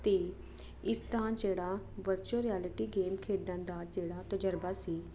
ਇਸ ਤਰਾਂ ਜਿਹੜਾ ਵਰਚੁਅਲ ਰਿਐਲਿਟੀ ਗੇਮ ਖੇਡਣ ਦਾ ਜਿਹੜਾ ਤਜਰਬਾ ਸੀ